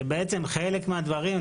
שחלק מהדברים,